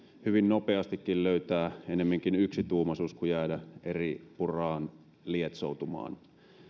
hyvin nopeastikin löytää ennemminkin yksituumaisuus kuin jäädä eripuraan lietsoutumaan